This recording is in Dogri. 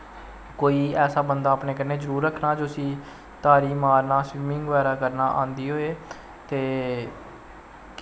कोई ऐसा बंदा अपने कन्नै जरूर रक्खना जिसी तारी मातना स्विमिंग बगैरा करनी आंदी होऐ ते